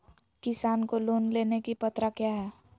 किसान को लोन लेने की पत्रा क्या है?